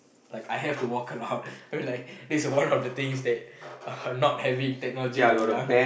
like I have to walk around I mean like this is one of the things that not having technology when you're young